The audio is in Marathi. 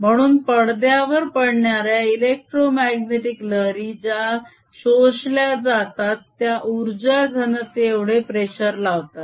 म्हणून पडद्यावर पडणाऱ्या इलेक्ट्रोमाग्नेटीक लहरी ज्या शोषल्या जातात त्या उर्जा घनते एवढे प्रेशर लावतात